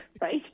right